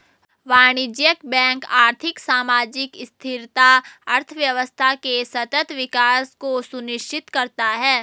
वाणिज्यिक बैंक आर्थिक, सामाजिक स्थिरता, अर्थव्यवस्था के सतत विकास को सुनिश्चित करता है